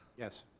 yes.